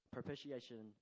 Propitiation